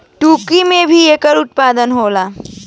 तुर्की में भी एकर उत्पादन होला